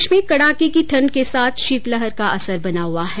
प्रदेश में कड़ाके की ठण्ड के साथ शीतलहर का असर बना हुआ है